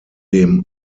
dem